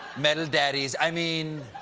metal daddies. i mean,